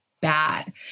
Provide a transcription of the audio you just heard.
bad